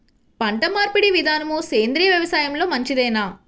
పంటమార్పిడి విధానము సేంద్రియ వ్యవసాయంలో మంచిదేనా?